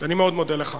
אני מאוד מודה לך.